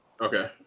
okay